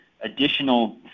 additional